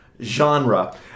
genre